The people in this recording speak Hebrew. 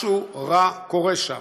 משהו רע קורה שם.